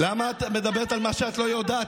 שוטרים לשעבר,